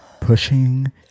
pushing